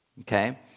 okay